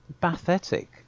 pathetic